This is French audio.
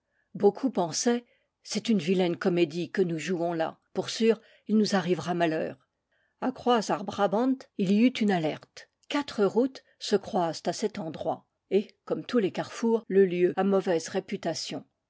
beaucoup pensaient o c'est une vilaine comédie que nous jouons là pour sûr il nous arrivera malheur a croaz ar brabant il y eut une alerte quatre routes se croisent à cet endroit et comme tous les carrefours le lieu a mauvaise réputation